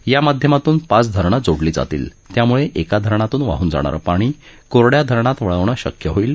या माध्यमातून पाच धरणं जोडली जातील त्यामुळे एका धरणातून वाहन जाणारं पाणी कोरड्या धरणात वळवणं शक्य होईल